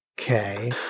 Okay